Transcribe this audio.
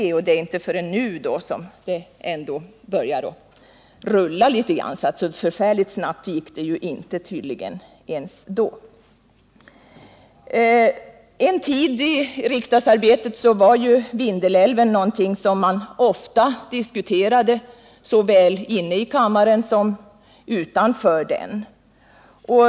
Det är inte förrän nu som det börjar rulla något litet. Så förfärligt snabbt gick det alltså inte ens under trepartiregeringens tid. Under en tid i riksdagsarbetet hörde Vindelälven till det som man ofta diskuterade såväl inne i kammaren som utanför kammaren.